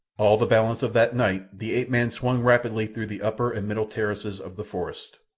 all the balance of that night the ape-man swung rapidly through the upper and middle terraces of the forest.